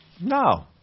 No